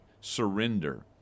surrender